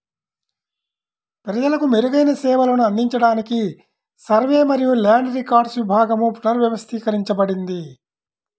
ప్రజలకు మెరుగైన సేవలను అందించడానికి సర్వే మరియు ల్యాండ్ రికార్డ్స్ విభాగం పునర్వ్యవస్థీకరించబడింది